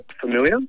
familiar